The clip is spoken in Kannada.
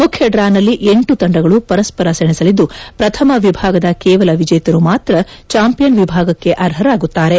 ಮುಖ್ಯ ಡ್ರಾನಲ್ಲಿ ಎಂಟು ತಂಡಗಳು ಪರಸ್ಪರ ಸೆಣಸಲಿದ್ದು ಪ್ರಥಮ ವಿಭಾಗದ ಕೇವಲ ವಿಜೇತರು ಮಾತ್ರ ಚಾಂಪಿಯನ್ ವಿಭಾಗಕ್ಕೆ ಆರ್ಹರಾಗುತ್ತಾರೆ